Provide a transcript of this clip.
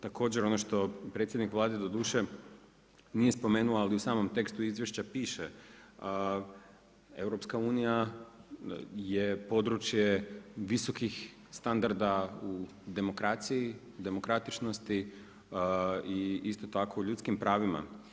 Također, ono što predsjednik Vlade doduše nije spomenuo, ali u samom tekstu izvješća piše, EU, je područje visokih standarda u demokraciji, demokratičnosti i isto tako u ljudskim pravima.